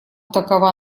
такова